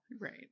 Right